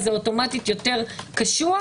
זה אוטומטית יותר קשוח,